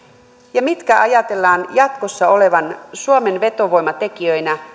ja minkä ajatellaan jatkossa olevan suomen vetovoimatekijöitä